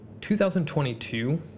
2022